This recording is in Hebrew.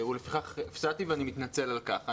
לפיכך לא הגעתי לכאן ואני מתנצל על כך.